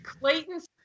Clayton's